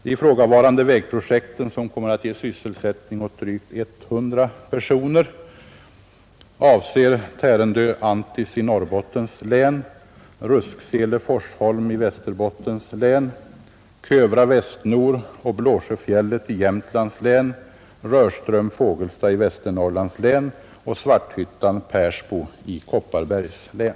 De ifrågavarande vägprojekten — som kommer att ge sysselsättning åt drygt 100 personer — avser Tärendö— Antis i Norrbottens län, Rusksele—-Forsholm i Västerbottens län, Kövra—-Västnor och Blåsjöfjället i Jämtlands län, Rörström—Fågelsta i Västernorrlands län och Svarthyttan—Persbo i Kopparbergs län.